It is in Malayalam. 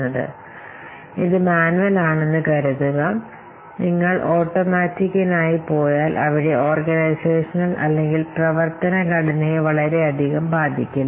അപ്പോൾ ഇതൊരു മാനുവൽ ആണെന്ന് കരുതുക നിങ്ങൾ സ്വയമേ പോകുന്നു അവിടെ ഓർഗനൈസേഷണൽ അല്ലെങ്കിൽ പ്രവർത്തന ഘടനയെ വളരെയധികം ബാധിക്കില്ല